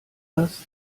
das